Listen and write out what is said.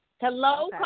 Hello